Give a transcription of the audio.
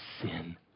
sin